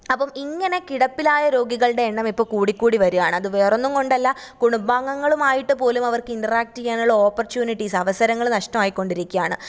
അപ്പം ഇങ്ങനെ കിടപ്പിലായ രോഗികളുടെ എണ്ണം ഇപ്പം കൂടിക്കൂടി വരികയാണ് അത് വേറെ ഒന്നും കൊണ്ടല്ല കുടുംബാംഗങ്ങളുമായിട്ട് പോലുമവര്ക്ക് ഇന്ററാക്റ്റ് ചെയ്യാനുള്ള ഓപ്പര്ച്ചുണിറ്റീസ് അവസരങ്ങൾ നഷ്ടമായി കൊണ്ടിരിക്കുകയാണ്